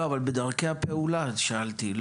לא, אבל בדרכי הפעולה שאלתי.